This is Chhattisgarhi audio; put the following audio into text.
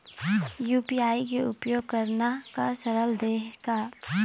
यू.पी.आई के उपयोग करना का सरल देहें का?